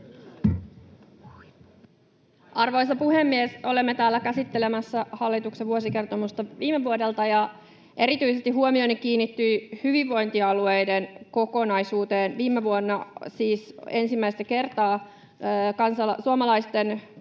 Arvoisa puhemies! Olemme täällä käsittelemässä hallituksen vuosikertomusta viime vuodelta, ja erityisesti huomioni kiinnittyi hyvinvointialueiden kokonaisuuteen. Viime vuonna siis ensimmäistä kertaa suomalaisten